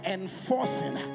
Enforcing